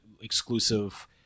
exclusive